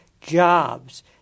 jobs